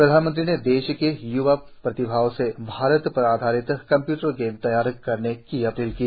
प्रधानमंत्री ने देश की य्वा प्रतिभाओं से भारत पर आधारित कम्प्यूटर गेम तैयार करने की अपील की